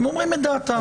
הם אומרים את דעתם.